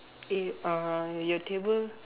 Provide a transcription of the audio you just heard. eh uh your table